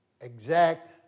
exact